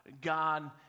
God